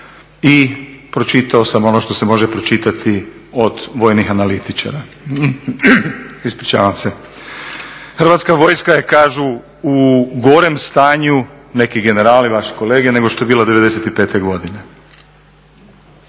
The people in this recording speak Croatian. i pročitao sam ono što se može pročitati od vojnih analitičara. Hrvatska vojska je kažu u gorem stanju, neki generali vaši kolege, nego što je bila '95.godine.